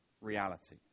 reality